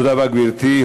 תודה רבה, גברתי.